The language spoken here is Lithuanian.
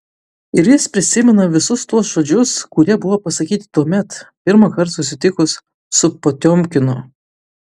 ir jis prisimena visus tuos žodžius kurie buvo pasakyti tuomet pirmąkart susitikus su potiomkinu